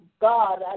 God